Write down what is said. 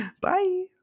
Bye